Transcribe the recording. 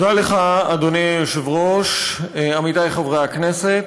תודה לך, אדוני היושב-ראש, עמיתיי חברי הכנסת,